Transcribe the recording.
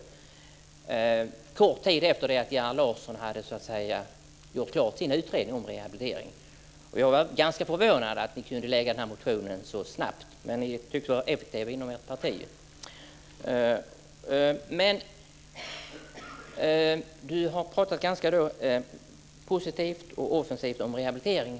Den kom kort tid efter det att Gerhard Larsson hade gjort klart sin utredning om rehabilitering. Jag var ganska förvånad över att ni kunde väcka den motionen så snabbt, men ni tycks vara effektiva inom ert parti. Desirée Pethrus Engström pratade ganska positivt och offensivt om rehabilitering.